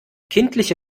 kindliche